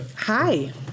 hi